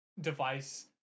device